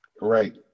Right